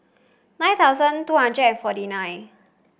nine thousand two hundred and forty nine